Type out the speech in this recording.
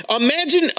imagine